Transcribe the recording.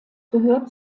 gehört